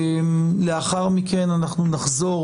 לאחר מכן נחזור